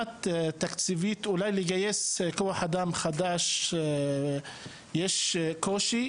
תקציבית אולי לגייס כוח אדם חדש יש קושי,